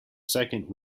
second